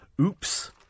Oops